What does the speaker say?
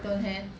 don't have